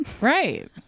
Right